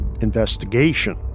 investigation